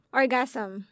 orgasm